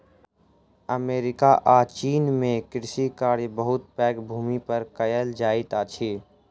America आ चीन में कृषि कार्य बहुत पैघ भूमि पर कएल जाइत अछि